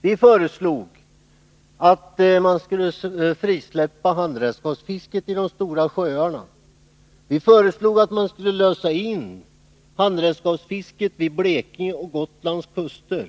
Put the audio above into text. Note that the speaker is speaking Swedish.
Vi föreslog att handredskapsfisket i de stora sjöarna skulle släppas fritt, vidare att handredskapsfisket skulle lösas in vid Blekinges och Gotlands kuster.